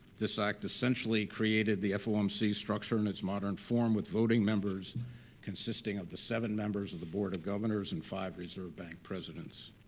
this act, essentially, created the fomc structure in its modern form with voting members consisting of the seven members of the board of governors and five reserve bank presidents.